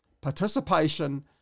participation